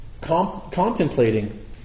contemplating